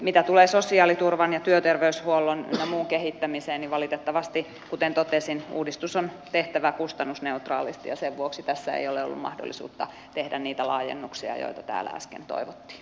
mitä tulee sosiaaliturvan ja työterveyshuollon ynnä muun kehittämiseen niin valitettavasti kuten totesin uudistus on tehtävä kustannusneutraalisti ja sen vuoksi tässä ei ole ollut mahdollisuutta tehdä niitä laajennuksia joita täällä äsken toivottiin